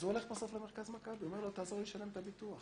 אז הוא הולך בסוף למרכז מכבי ואומר לו: תעזור לי לשלם את הביטוח.